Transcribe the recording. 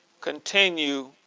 continue